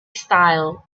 style